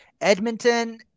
Edmonton